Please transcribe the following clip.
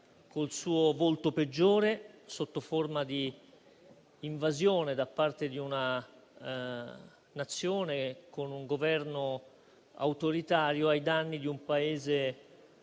il suo volto peggiore, sotto forma di invasione da parte di una Nazione con un Governo autoritario ai danni di un Paese